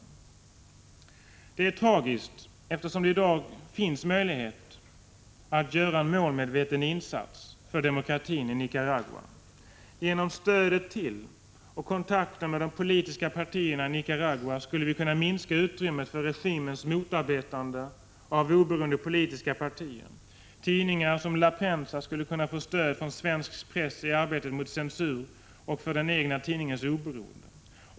16 april 1986 Det är tragiskt, eftersom det i dag finns möjlighet att göra en målmedveten a 5 jer :§ v å utvecklingssamarbete politiska partierna i Nicaragua skulle vi kunna minska utrymmet för regimens HR motarbetande av oberoende politiska partier. Tidningar som La Prensa skulle kunna få stöd från svensk press i arbetet mot censur och för den egna tidningens oberoende.